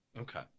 Okay